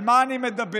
על מה אני מדבר?